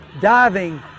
Diving